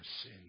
sin